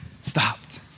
stopped